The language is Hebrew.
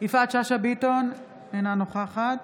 יפעת שאשא ביטון, אינה נוכחת